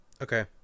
Okay